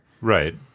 Right